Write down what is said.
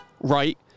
right